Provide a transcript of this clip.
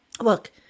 look